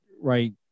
right